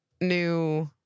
new